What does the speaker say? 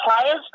players